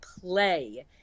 play